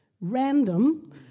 random